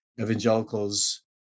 evangelicals